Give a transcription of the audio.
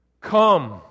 Come